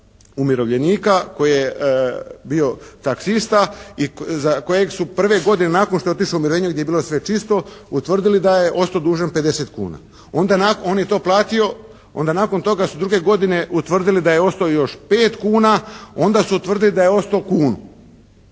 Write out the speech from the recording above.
umirovljenika koji je bio taksista i kojeg su prve godine nakon što je otišao u umirovljenje gdje je bilo sve čisto utvrdili da je ostao dužan 50 kuna. Onda on je to platio. Onda nakon toga su druge godine utvrdili ostao još pet kuna. Onda su utvrdili da je ostao kunu.